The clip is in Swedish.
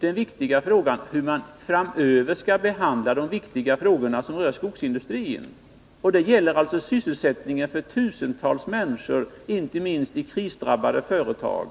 gälla hur man framöver skall behandla de viktiga frågor som rör skogsindustrin. Det gäller alltså sysselsättningen för tusentals människor, inte minst i krisdrabbade företag.